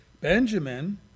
Benjamin